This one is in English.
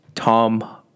Tom